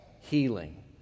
healing